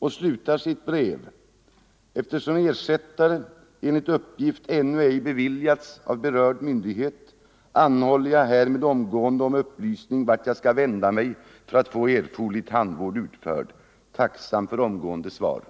Brevet slutar: ”Eftersom ersättare —-——- enligt uppgift ännu ej beviljats av berörda myndighet, anhåller jag härmed omgående om upplysning vart jag skall vända mig för att få erforderlig tandvård utförd. Tacksam för omgående svar.”